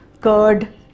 curd